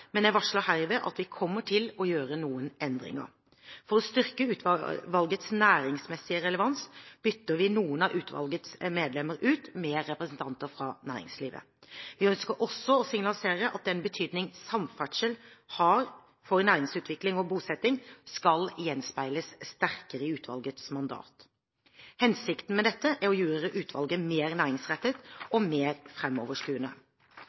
men jeg varsler herved at vi kommer til å gjøre noen endringer. For å styrke utvalgets næringsmessige relevans bytter vi ut noen av utvalgets medlemmer med representanter fra næringslivet. Vi ønsker også å signalisere at den betydning samferdsel har for næringsutvikling og bosetting, skal gjenspeiles sterkere i utvalgets mandat. Hensikten med dette er å gjøre utvalget mer næringsrettet